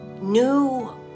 new